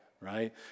right